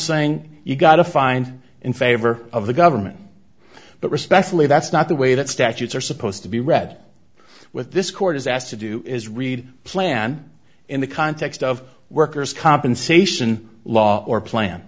saying you've got to find in favor of the government but respectfully that's not the way that statutes are supposed to be read with this court is asked to do is read a plan in the context of workers compensation law or plan